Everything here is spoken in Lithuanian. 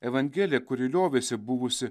evangelija kuri liovėsi buvusi